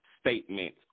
statement